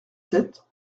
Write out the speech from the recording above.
sept